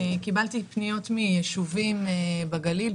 קיבלתי פניות מיישובים בגליל,